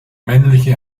männliche